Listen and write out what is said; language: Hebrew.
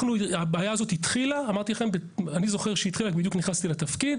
הבעיה הזאת התחילה אני זוכר שהיא התחילה כי בדיוק נכנסתי לתפקיד